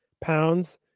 pounds